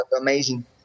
amazing